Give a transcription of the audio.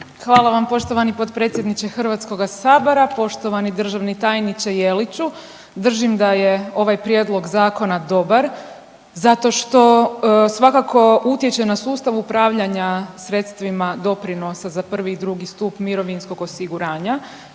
Hvala vam poštovani potpredsjedniče HS. Poštovani državni tajniče Jeliću, držim da je ovaj prijedlog zakona dobar zato što svakako utječe na sustav upravljanja sredstvima doprinosa za prvi i drugi stup mirovinskog osiguranja